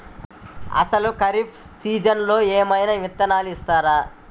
అసలు ఖరీఫ్ సీజన్లో ఏమయినా విత్తనాలు ఇస్తారా?